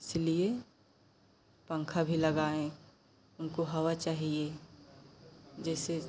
इसलिए पंखा भी लगाएँ उनको हवा चाहिए जैसे